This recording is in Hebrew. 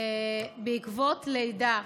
בעקבות לידה?